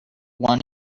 one